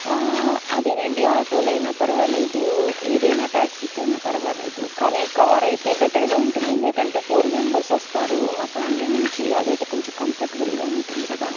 ఆ అదేనండి ఆటోలైనా పర్వాలేదు ఏదైనా ట్యాక్సీస్ అయినా పర్వాలేదు కానీ కార్ అయితే బెటర్గా ఉంటుంది ఎందుకంటే ఫోర్ మెంబెర్స్ వస్తారు మా ఫ్యామిలీ నుంచి అదైతే కొంచెం కంఫర్టబుల్గా ఉంటుంది కదా